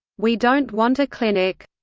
we don't want a clinic.